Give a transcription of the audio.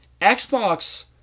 xbox